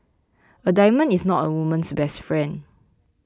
a diamond is not a woman's best friend